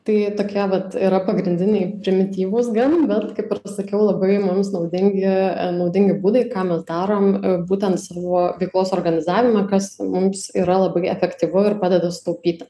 tai tokie vat yra pagrindiniai primityvūs gan bet kaip ir sakiau labai mums naudingi naudingi būdai ką mes darom būtent savo veiklos organizavime kas mums yra labai efektyvu ir padeda sutaupyti